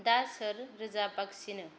दा सोर रोजाबागसिनो